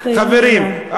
חברים.